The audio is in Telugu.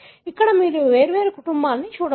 ఇక్కడ మీరు మూడు వేర్వేరు కుటుంబాలను చూడవచ్చు